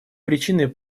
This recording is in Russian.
причиной